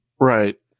Right